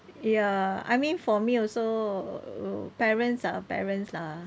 ya I mean for me also parents are parents lah